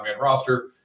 roster